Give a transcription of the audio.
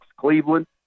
Cleveland